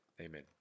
amen